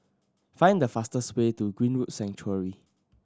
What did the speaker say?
find the fastest way to Greenwood Sanctuary